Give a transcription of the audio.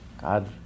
God